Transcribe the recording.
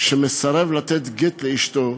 שמסרב לתת גט לאשתו,